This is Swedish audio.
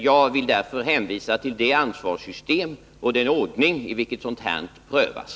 Jag vill därför hänvisa till det ansvarssystem och den ordning enligt vilka frågor av den här typen prövas.